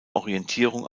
orientierung